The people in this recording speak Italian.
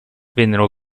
vennero